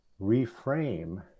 reframe